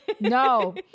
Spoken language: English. no